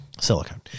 silicone